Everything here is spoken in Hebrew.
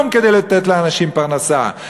כלום כדי לתת לאנשים פרנסה.